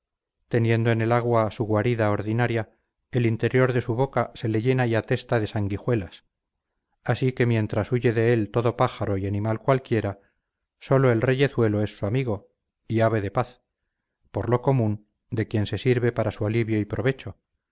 teniendo en el agua su guarida ordinaria el interior de su boca se le llena y atesta de sanguijuelas así que mientras huye de él todo pájaro y animal cualquiera solo el reyezuelo es su amigo y ave de paz por lo común de quien se sirve para su alivio y provecho